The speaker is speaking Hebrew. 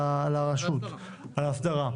על רשות ההסדרה,